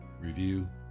review